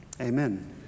amen